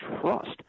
trust